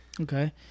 Okay